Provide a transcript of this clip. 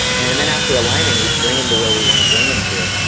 and then after aligning, we bring them to where we want to bring them to.